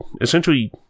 essentially